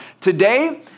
today